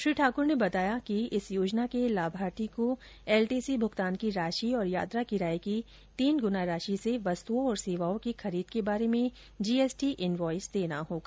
श्री ठाकुर बताया कि इस योजना के लाभार्थी को एलटीसी भुगतान की राशि और यात्रा किराये की तीन गुणा राशि से वस्तुओं और सेवाओं की खरीद के बारे में जीएसंटी इनवॉयस देना होगा